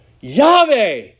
Yahweh